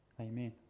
amen